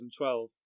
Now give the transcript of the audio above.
2012